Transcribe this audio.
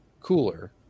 cooler